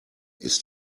ist